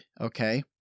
okay